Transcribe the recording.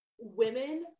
women